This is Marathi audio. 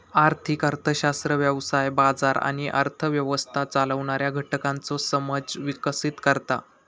आर्थिक अर्थशास्त्र व्यवसाय, बाजार आणि अर्थ व्यवस्था चालवणाऱ्या घटकांचो समज विकसीत करता